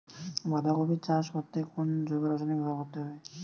বাঁধাকপি চাষ করতে কোন জৈব রাসায়নিক ব্যবহার করতে হবে?